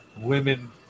women